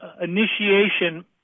initiation